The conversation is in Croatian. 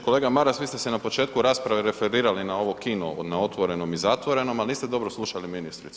Kolega Maras vi ste se na početku rasprave referirali na ovo kino na otvorenom i zatvorenom, ali niste dobro slušali ministricu.